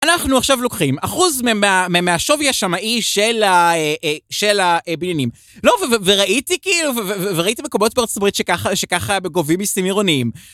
אנחנו עכשיו לוקחים אחוז מ... מ... מה... מהשווי השמאי של ה... אה... אה... של הבניינים. לא, ו... וראיתי, כאילו, ו... ו... וראיתי מקומות בארה״ב, שככה... שככה גובים מסים עירוניים.